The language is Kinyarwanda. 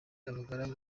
abagaragu